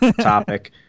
topic